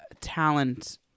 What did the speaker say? talent